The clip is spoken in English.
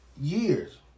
years